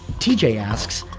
t jay asks,